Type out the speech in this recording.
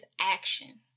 action